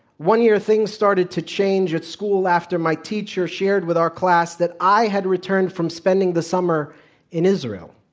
one year, things started to change at school after my teacher shared with our class that i had returned from spending the summer in israel.